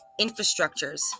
infrastructures